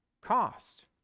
cost